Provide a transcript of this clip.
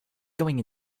going